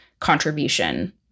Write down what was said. contribution